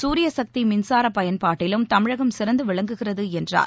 சூரியசக்தி மின்சார பயன்பாட்டிலும் தமிழகம் சிறந்து விளங்குகிறது என்றார்